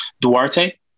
Duarte